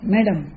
Madam